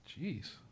Jeez